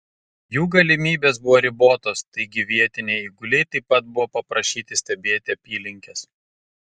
jų galimybės buvo ribotos taigi vietiniai eiguliai taip pat buvo paprašyti stebėti apylinkes